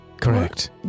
correct